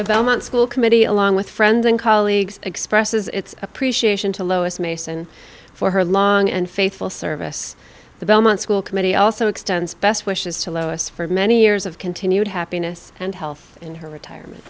the belmont school committee along with friends and colleagues expresses its appreciation to lois mason for her long and faithful service the belmont school committee also extends best wishes to lois for many years of continued happiness and health in her retirement